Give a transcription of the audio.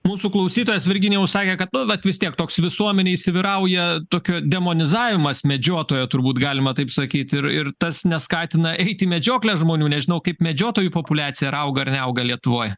mūsų klausytojas virginijau sakė kad nu vat vis tiek toks visuomenėj įsivyrauja tokio demonizavimas medžiotojo turbūt galima taip sakyt ir ir tas neskatina eit į medžioklę žmonių nežinau kaip medžiotojų populiacija ar auga ar neauga lietuvoj